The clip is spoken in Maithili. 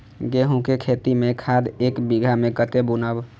गेंहू के खेती में खाद ऐक बीघा में कते बुनब?